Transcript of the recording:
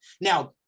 Now